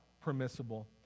permissible